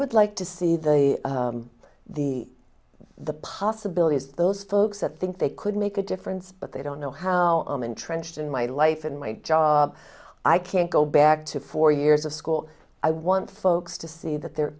would like to see the the the possibility is those folks that think they could make a difference but they don't know how entrenched in my life and my job i can't go back to four years of school i want folks to see that there